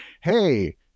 Hey